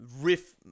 riff